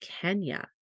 Kenya